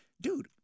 dude